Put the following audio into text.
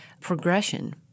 progression